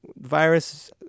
virus